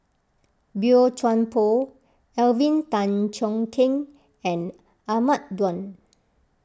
Boey Chuan Poh Alvin Tan Cheong Kheng and Ahmad Daud